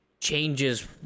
changes